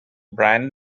brand